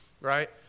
right